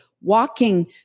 walking